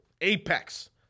apex